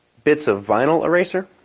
bits of vinyl eraser,